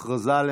הכנסת,